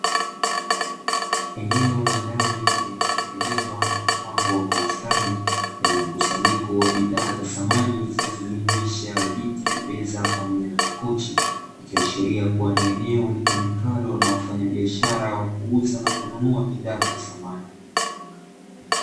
Eneo la ndani lililotengenezwa na kupambwa kwa ustadi, lenye mkusanyiko wa bidhaa za samani zinazojumuisha viti, meza pamoja na makochi, zikiashiria kuwa ni eneo litumikalo na wafanyabiashara wa kuuza na kununua bidhaa za samani.